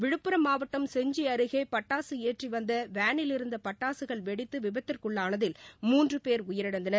விழுப்புரம் மாவட்டம் செஞ்சி அருகே பட்டாசு ஏற்றி வந்த வேளிலிருந்து பட்டாசுகள் வெடித்து விபத்துக்குள்ளானதில் மூன்று பேர் உயிாழந்தனர்